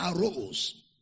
arose